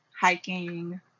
Hiking